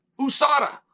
USADA